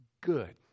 good